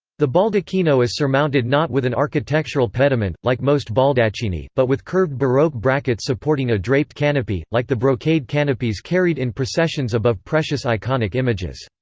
the baldacchino is surmounted not with an architectural pediment, like most baldacchini, but with curved baroque brackets supporting a draped canopy, like the brocade canopies carried in processions above precious iconic images.